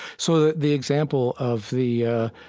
so the example of the ah